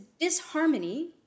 disharmony